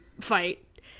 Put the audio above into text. fight